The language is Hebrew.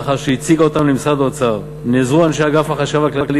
ולאחר שהציגה אותן למשרד האוצר נעזרו אנשי אגף החשב הכללי